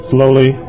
Slowly